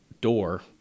door